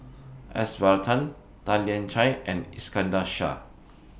S Varathan Tan Lian Chye and Iskandar Shah